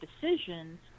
decisions